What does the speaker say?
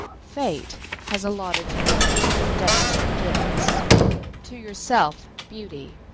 fate has allotted to all their destined gifts to yourself beauty,